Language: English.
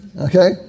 Okay